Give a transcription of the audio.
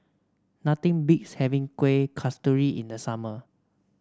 nothing beats having Kueh Kasturi in the summer